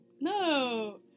No